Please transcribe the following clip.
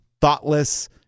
thoughtless